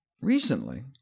recently